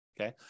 Okay